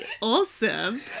awesome